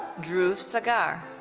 dhruv sagar.